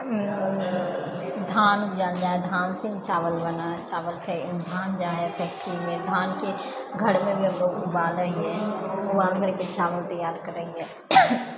धान उपजायल जाइ है धान से ही चावल बनै है आओर चावल फेर धान जाइ है फैक्ट्रीमे धानके घरमे भी हमलोग उबालै हियै उबाल करके चावल तैयार करै हियै